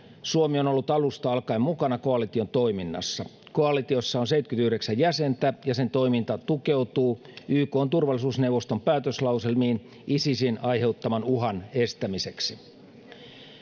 suomi on ollut alusta alkaen mukana koalition toiminnassa koalitiossa on seitsemänkymmentäyhdeksän jäsentä ja sen toiminta tukeutuu ykn turvallisuusneuvoston päätöslauselmiin isisin aiheuttaman uhan estämiseksi